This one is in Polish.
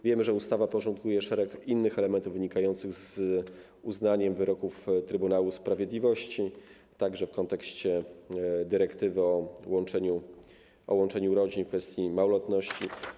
Wiemy, że ustawa porządkuje szereg innych elementów wynikających z uznania wyroków Trybunału Sprawiedliwości, także w kontekście dyrektywy o łączeniu rodzin, kwestii małoletności.